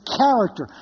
character